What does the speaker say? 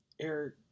Eric